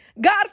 God